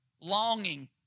longing